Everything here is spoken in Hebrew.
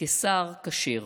כשר כשיר,